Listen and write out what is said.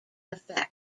effect